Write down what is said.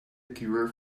cure